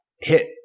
hit